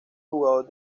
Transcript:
jugador